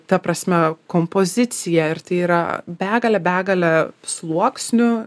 ta prasme kompozicija ir tai yra begalę begalę sluoksnių